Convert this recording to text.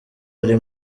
ari